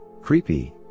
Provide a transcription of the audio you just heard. creepy